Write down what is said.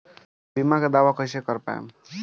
बीमा के दावा कईसे कर पाएम?